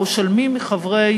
או של מי מחברי